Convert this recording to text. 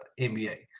NBA